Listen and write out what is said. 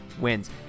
wins